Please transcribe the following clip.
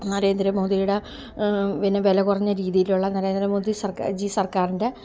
നരേന്ദ്രമോദിയുടെ പിന്നെ വിലകുറഞ്ഞ രീതിയിലുള്ള നരേന്ദ്രമോദി സർക്കാരിൻ്റെ